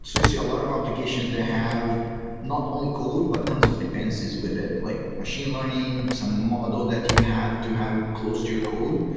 see see a lot of applications, they have not only code, but terms of dependencies with it, like machine learning, some model that you have to have closed your code,